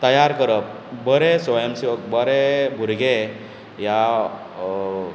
तयार करप बरे स्वय सेवक बरे भुरगे ह्या